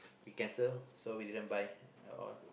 be cancel so we didn't buy at all